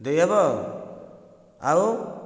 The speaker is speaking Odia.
ଦେଇ ହେବ ଆଉ